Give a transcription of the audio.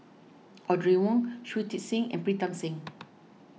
Audrey Wong Shui Tit Sing and Pritam Singh